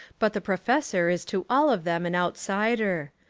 but the professor is to all of them an outsider.